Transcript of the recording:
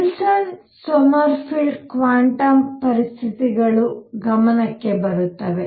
Wilson Sommerfeld quantum ಪರಿಸ್ಥಿತಿಗಳು ಗಮನಕ್ಕೆ ಬರುತ್ತವೆ